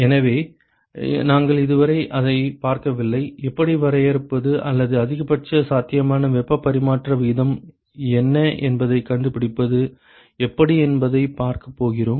எனவே நாங்கள் இதுவரை அதைப் பார்க்கவில்லை எப்படி வரையறுப்பது அல்லது அதிகபட்ச சாத்தியமான வெப்ப பரிமாற்ற வீதம் என்ன என்பதைக் கண்டுபிடிப்பது எப்படி என்பதைப் பார்க்கப் போகிறோம்